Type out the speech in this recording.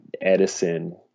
Edison